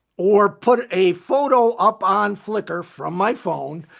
or put a photo up on flicker from my phone,